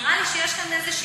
נראה לי שיש כאן איזושהי בעיה.